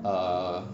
err